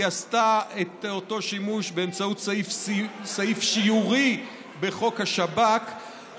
היא עשתה את אותו שימוש באמצעות סעיף שיורי בחוק השב"כ,